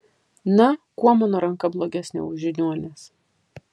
na kuo mano ranka blogesnė už žiniuonės